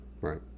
right